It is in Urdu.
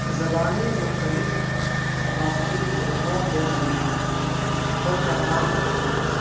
زبانی مختلف ثقافتی گروہوں کے درمیان پل کا کام کرتی ہیں